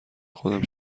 خودم